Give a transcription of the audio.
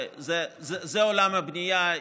זה עולם הבנייה.